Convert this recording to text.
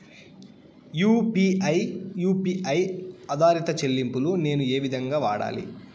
UPI U P I ఆధారిత చెల్లింపులు నేను ఏ విధంగా వాడాలి?